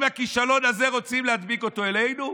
את הכישלון הזה רוצים להדביק אלינו?